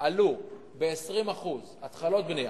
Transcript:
עלו ב-20% התחלות בנייה.